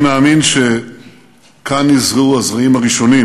אני מאמין שכאן נזרעו הזרעים הראשונים